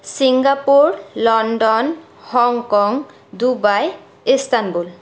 Singapore London Hong Kong Dubai Istanbul